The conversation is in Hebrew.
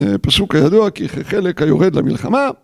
פסוק הידוע כי חלק היורד למלחמה